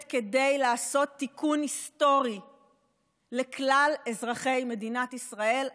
כדי לעשות תיקון היסטורי לכלל אזרחי מדינת ישראל,